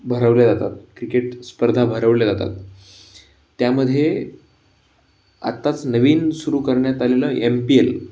भरवल्या जातात क्रिकेट स्पर्धा भरवल्या जातात त्यामध्ये आत्ताच नवीन सुरू करण्यात आलेलं एम पी एल